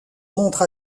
montre